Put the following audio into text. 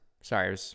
Sorry